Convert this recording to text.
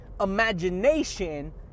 imagination